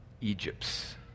Egypts